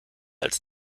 als